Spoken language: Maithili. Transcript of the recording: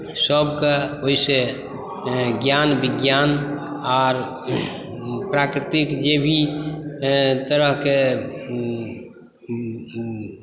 सबके ओहिसे ज्ञान विज्ञान आर प्राकृतिक जे भी तरहकेँ